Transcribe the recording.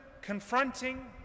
confronting